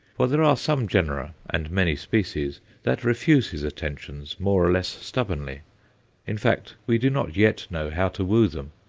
for there are some genera and many species that refuse his attentions more or less stubbornly in fact, we do not yet know how to woo them.